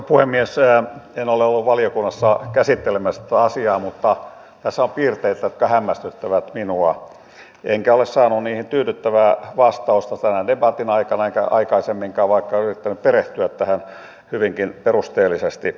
en ole ollut valiokunnassa käsittelemässä tätä asiaa mutta tässä on piirteitä jotka hämmästyttävät minua enkä ole saanut niihin tyydyttävää vastausta tämän debatin aikana enkä aikaisemminkaan vaikka olen yrittänyt perehtyä tähän hyvinkin perusteellisesti